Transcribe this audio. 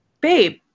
babe